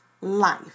life